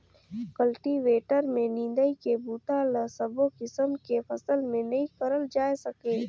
cultivator में निंदई के बूता ल सबो किसम के फसल में नइ करल जाए सके